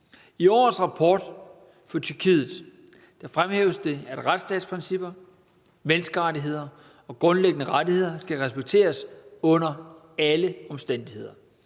I årets rapport for Tyrkiet fremhæves det, at retsstatsprincipper, menneskerettigheder og grundlæggende rettigheder skal respekteres under alle omstændigheder.